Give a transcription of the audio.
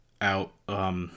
out